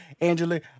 Angela